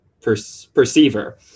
perceiver